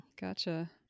Gotcha